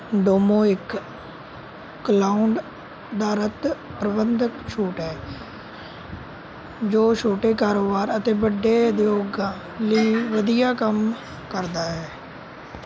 Domo ਇੱਕ cloud ਅਧਾਰਤ ਪ੍ਰਬੰਧਕ ਸੂਟ ਹੈ ਜੋ ਛੋਟੇ ਕਾਰੋਬਾਰ ਅਤੇ ਵੱਡੇ ਉਦਯੋਗਾਂ ਲਈ ਵਧੀਆ ਕੰਮ ਕਰਦਾ ਹੈ